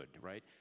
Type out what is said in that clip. right